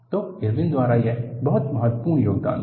तो इरविन द्वारा यह बहुत महत्वपूर्ण योगदान था